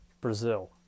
Brazil